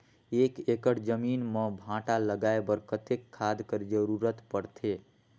एक एकड़ जमीन म भांटा लगाय बर कतेक खाद कर जरूरत पड़थे?